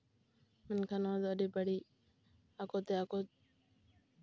ᱢᱮᱱᱠᱷᱟᱱ ᱱᱚᱣᱟ ᱫᱚ ᱟᱹᱰᱤ ᱵᱟᱹᱲᱤᱡ ᱟᱠᱚᱛᱮ ᱟᱠᱚ